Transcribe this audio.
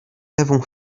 l’avons